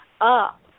up